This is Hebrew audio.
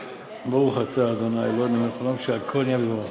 ברוך אתה ה' אלוהינו מלך העולם שהכול נהיה בדברו.